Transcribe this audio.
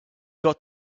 got